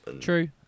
True